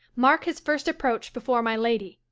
mark his first approach before my lady.